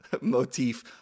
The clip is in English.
motif